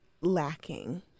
lacking